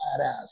badass